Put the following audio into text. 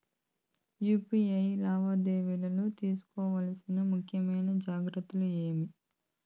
UPI లావాదేవీలలో తీసుకోవాల్సిన ముఖ్యమైన జాగ్రత్తలు ఏమేమీ?